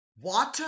water